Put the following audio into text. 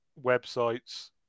websites